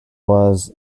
was